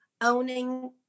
owning